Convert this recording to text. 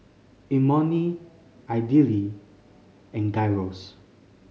Imoni Idili and Gyros